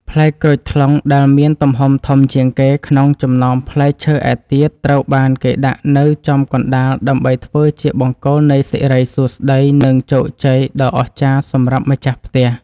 ផ្លែក្រូចថ្លុងដែលមានទំហំធំជាងគេក្នុងចំណោមផ្លែឈើឯទៀតត្រូវបានគេដាក់នៅចំកណ្ដាលដើម្បីធ្វើជាបង្គោលនៃសិរីសួស្តី និង ជោគជ័យដ៏អស្ចារ្យសម្រាប់ម្ចាស់ផ្ទះ។